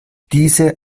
diese